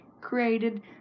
created